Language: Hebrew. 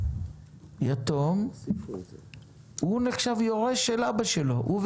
יתום נחשב ליורש בית אביו אבל